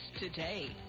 today